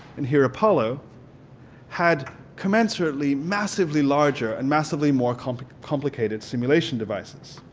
and here apollo had commensurately massively larger and massively more complicated complicated simulation devices.